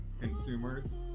consumers